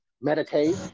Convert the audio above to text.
Meditate